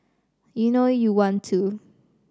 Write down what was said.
you know you want to